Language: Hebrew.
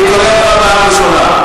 אני קורא אותך פעם ראשונה.